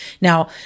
Now